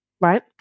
right